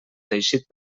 teixit